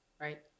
right